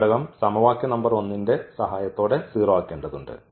ഈ ഘടകം സമവാക്യ നമ്പർ 1 ന്റെ സഹായത്തോടെ 0 ആക്കേണ്ടതുണ്ട്